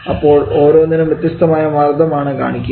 അപ്പോൾ ഓരോന്നിനും വ്യത്യസ്തമായ മർദ്ദമാണ് കാണിക്കുക